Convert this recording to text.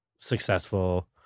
successful